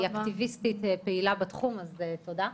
היא אקטיביסטית ופעילה בתחום, תודה רבה.